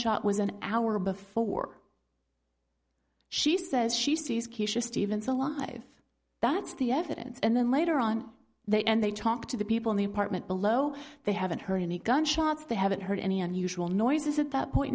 shot was an hour before she says she sees keisha stevenson alive that's the evidence and then later on they and they talk to the people in the apartment below they haven't heard any gunshots they haven't heard any unusual noises at that point